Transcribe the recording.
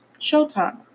showtime